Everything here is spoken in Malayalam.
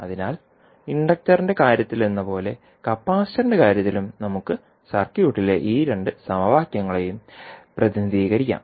അതിനാൽ ഇൻഡക്റ്ററിന്റെ കാര്യത്തിലെന്നപോലെ കപ്പാസിറ്ററിന്റെ കാര്യത്തിലും നമുക്ക് സർക്യൂട്ടിലെ ഈ രണ്ട് സമവാക്യങ്ങളെയും പ്രതിനിധീകരിക്കാം